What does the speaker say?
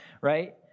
right